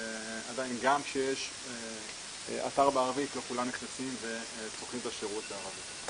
שעדיין גם כשיש אתר בערבית לא כולם נכנסים וצורכים את השירות בערבית.